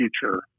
future